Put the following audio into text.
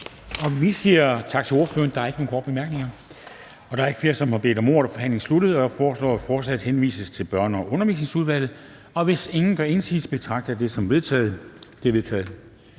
Vi siger tak til ordføreren. Der er ikke nogen korte bemærkninger. Da der ikke er flere, der har bedt om ordet, er forhandlingen sluttet. Jeg foreslår, at forslaget henvises til Børne- og Undervisningsudvalget. Hvis ingen gør indsigelse, betragter jeg det som vedtaget. Det er vedtaget.